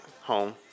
home